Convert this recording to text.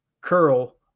curl